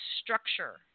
structure